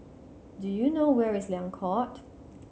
do you know where is Liang Court